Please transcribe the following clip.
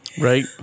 Right